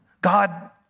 God